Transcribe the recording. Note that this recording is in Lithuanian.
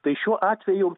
tai šiuo atveju